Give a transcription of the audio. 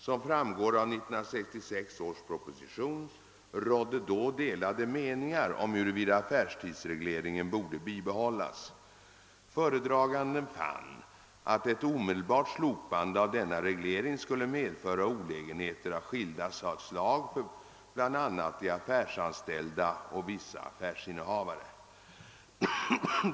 Som framgår av 1966 års proposition rådde då delade meningar om huruvida affärstidsregleringen borde bibehållas. Föredraganden fann att ett omedelbart slopande av denna reglering skulle medföra olägenheter av skilda slag för bl.a. de affärsanställda och vissa affärsinnehavare.